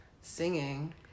singing